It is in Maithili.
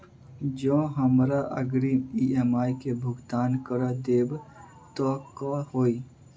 जँ हमरा अग्रिम ई.एम.आई केँ भुगतान करऽ देब तऽ कऽ होइ?